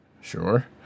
Sure